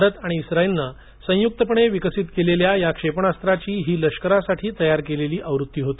भारत आणि इस्रायलनं संयुक्तपणे विकसित केलेल्या या क्षेपणास्त्राची ही लष्करासाठी तयार केलेली आवृत्ती होती